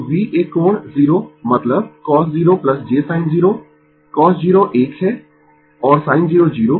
तो V एक कोण 0 मतलब cos0 j sin 0 cos 0 1 है और sin 0 0